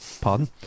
pardon